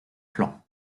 plan